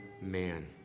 man